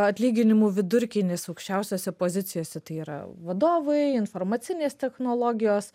atlyginimų vidurkį nes aukščiausiose pozicijose tai yra vadovai informacinės technologijos